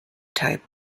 type